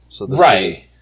Right